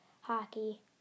hockey